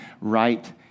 right